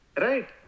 Right